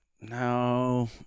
no